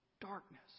Darkness